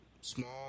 small